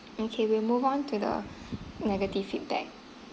okay we'll move on to the negative feedback